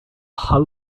hull